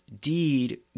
deed